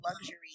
luxury